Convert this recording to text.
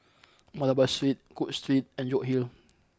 Malabar Street Cook Street and York Hill